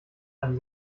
einen